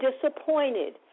disappointed